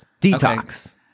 detox